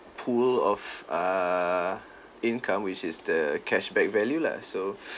pool of err income which is the cashback value lah so